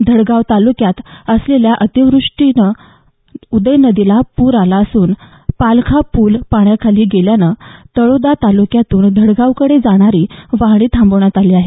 धडगाव तालुक्यात झालेल्या अतिवृष्टीनं उदय नदीला पूर आला असून पालखा पुल पाण्याखाली गेल्यानं तळोदा तालुक्यातून धडगावकडे जाणारी वाहनं थांबवण्यात आली आहेत